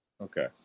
Okay